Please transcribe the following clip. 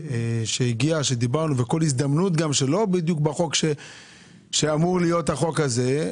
לאו דווקא בחוק הזה,